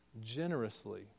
generously